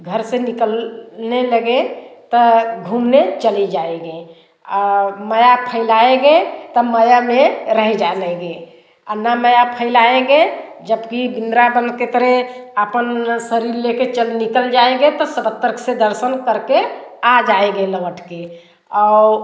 घर से निकलने लगे तो घूमने चले जाएँगे वहाँ फैलाएँगे तो वहाँ में रह जानेंगे और न वहाँ फैलाएँगे जब की व्रिन्दावन के तरह आपन शरीर ले कर चल निकल जाएँगे तो सब तरह के दर्शन करके आ जाएँगे लौट कर और